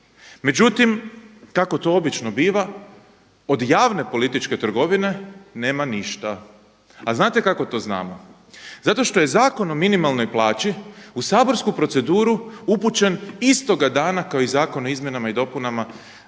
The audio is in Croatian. Međutim, kako to obično biva od javne političke trgovine nema ništa. A znate kako to znamo? Zato što je Zakon o minimalnoj plaći u saborsku proceduru upućen istoga dana kao i Zakon o izmjenama i dopunama,